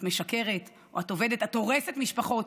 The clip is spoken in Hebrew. את משקרת, את הורסת משפחות.